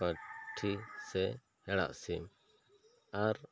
ᱯᱟᱹᱴᱷᱤ ᱥᱮ ᱦᱮᱲᱟᱜ ᱥᱤᱢ ᱟᱨ